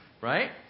right